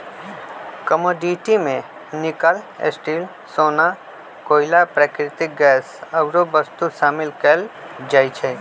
commodity में nickel, steel,, सोना, कोइला, प्राकृतिक गैस आउरो वस्तु शामिल कयल जाइ छइ